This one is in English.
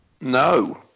no